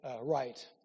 right